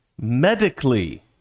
medically